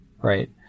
right